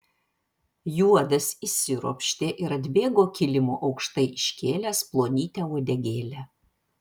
juodas išsiropštė ir atbėgo kilimu aukštai iškėlęs plonytę uodegėlę